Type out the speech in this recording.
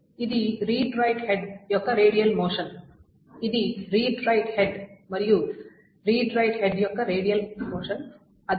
ఇది read write head యొక్క radial motion ఇది రీడ్ రైట్ హెడ్ మరియు ఇది రీడ్ రైట్ హెడ్ యొక్క రేడియల్ మోషన్ అది సీక్ టైం